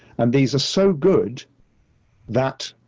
and these are so good that